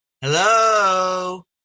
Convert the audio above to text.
Hello